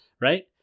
right